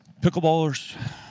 Pickleballers